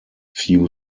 few